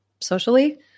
socially